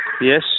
Yes